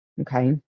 Okay